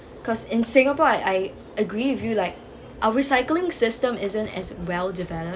because in singapore I I agree with you like our recycling system isn't as well developed